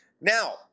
Now